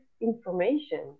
information